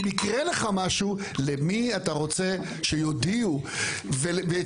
אם יקרה לך משהו למי אתה רוצה שיודיעו ואת